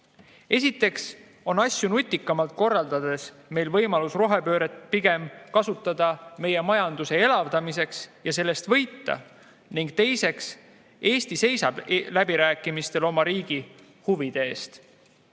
Esiteks on asju nutikamalt korraldades meil võimalus rohepööret pigem meie majanduse elavdamiseks kasutada ja sellest võita. Ning teiseks, Eesti seisab läbirääkimistel oma riigi huvide eest.